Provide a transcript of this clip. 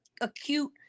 acute